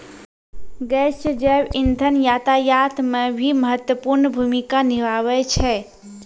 गैसीय जैव इंधन यातायात म भी महत्वपूर्ण भूमिका निभावै छै